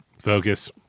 focus